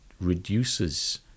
reduces